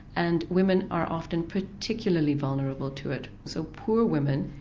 and women are often particularly vulnerable to it, so poor women,